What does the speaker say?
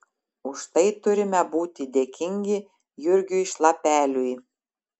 už tai turime būti dėkingi jurgiui šlapeliui